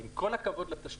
אבל עם כל הכבוד לתשתיות,